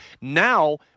Now